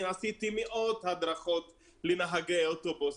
אני עשיתי מאות הדרכות לנהגי אוטובוס.